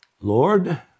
Lord